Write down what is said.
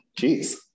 jeez